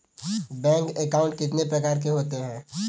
Bank account कितने प्रकार के होते हैं?